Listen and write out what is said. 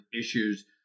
issues